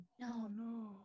no